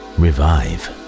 revive